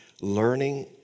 learning